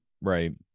right